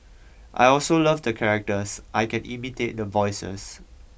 I also love the characters I can imitate the voices